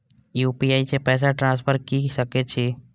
UPI से पैसा transfer की सके छी?